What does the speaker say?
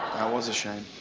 was a shame.